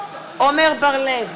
עמר בר-לב,